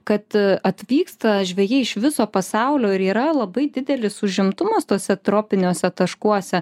kad atvyksta žvejai iš viso pasaulio ir yra labai didelis užimtumas tuose tropiniuose taškuose